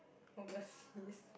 overseas